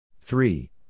three